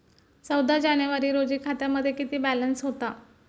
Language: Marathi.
चौदा जानेवारी रोजी खात्यामध्ये किती बॅलन्स होता?